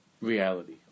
reality